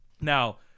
Now